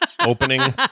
Opening